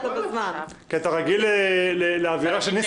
להצטרף לבחירתך לתפקיד היושב-ראש.